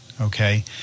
okay